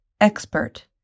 expert